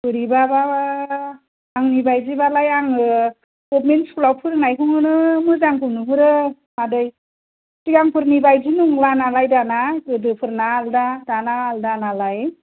बोरैबाबा आंनि बायदि बालाय आङो गभर्नमेन्ट स्कुल आव फोरोंनायखौनो मोजांबो नुहरो मादै सिगांफोरनि बायदि नंला नालाय दाना गोदोफोरना आलादा दाना आलादा नालाय